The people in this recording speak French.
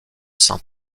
saint